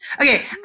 Okay